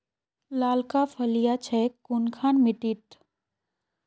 लालका फलिया छै कुनखान मिट्टी त?